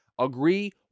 Agree